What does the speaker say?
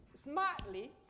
smartly